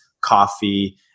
coffee